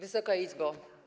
Wysoka Izbo!